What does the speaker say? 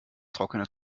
trockene